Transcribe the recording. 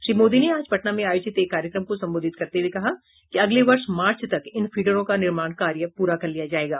श्री मोदी ने आज पटना में आयोजित एक कार्यक्रम को संबोधित करते हुए कहा कि अगले वर्ष मार्च तक इन फिडरों का निर्माण कार्य पूरा कर लिया जायेगा